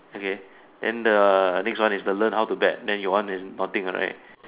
okay then the next one is the learn how to bat then your one is nothing alright